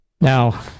now